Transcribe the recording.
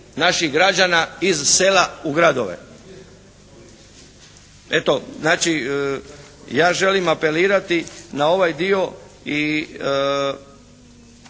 naših građana iz sela u gradove. Eto, znači ja želim apelirati na ovaj dio i